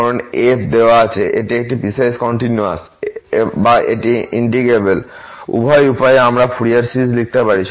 ধরুন f দেওয়া হয়েছে এটি পিসওয়াইস কন্টিনিউয়াস বা এটি ইন্টিগ্রেবল উভয় উপায়ে আমরা ফুরিয়ার সিরিজ লিখতে পারি